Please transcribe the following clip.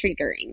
triggering